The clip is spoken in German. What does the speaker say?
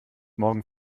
morgen